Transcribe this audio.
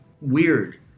weird